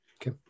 Okay